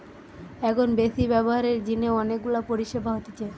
এখন বেশি ব্যবহারের জিনে অনেক গুলা পরিষেবা হতিছে